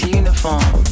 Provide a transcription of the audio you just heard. uniform